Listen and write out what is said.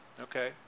okay